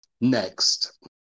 Next